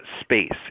space